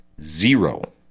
Zero